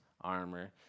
armor